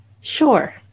Sure